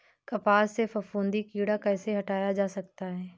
कपास से फफूंदी कीड़ा कैसे हटाया जा सकता है?